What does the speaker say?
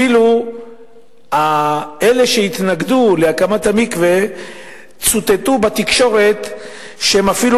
אפילו אלה שהתנגדו להקמת המקווה צוטטו בתקשורת שהם אפילו